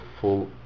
full